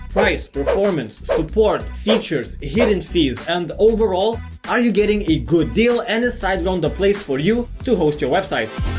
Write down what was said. price, performance support, features, hidden fees and overall are you getting a good deal and is siteground the place for you to host your website.